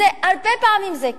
והרבה פעם זה קרה,